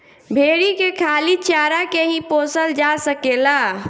भेरी के खाली चारा के ही पोसल जा सकेला